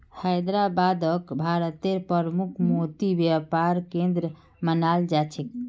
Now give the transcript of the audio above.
हैदराबादक भारतेर प्रमुख मोती व्यापार केंद्र मानाल जा छेक